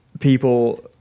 People